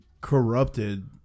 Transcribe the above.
Corrupted